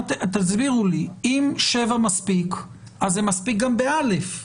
אם שבעה מספיק אז זה מספיק גם ב-(א).